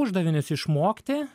uždavinius išmokti